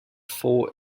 four